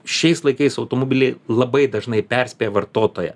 šiais laikais automobiliai labai dažnai perspėja vartotoją